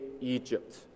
Egypt